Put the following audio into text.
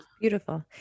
beautiful